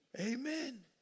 Amen